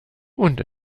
und